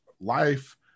life